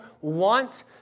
want